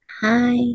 Hi